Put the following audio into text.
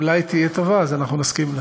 אולי היא תהיה טובה, אז אנחנו נסכים לה.